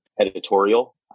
editorial